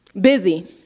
busy